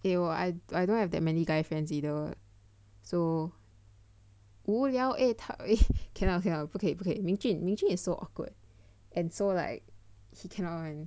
eh 我 I I don't have that many guy friends either so 无聊 eh 他 cannot cannot lah 不可以不可以 Ming Jun is so awkward and so like he cannot one